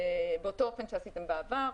באותו אופן שעשיתם בעבר.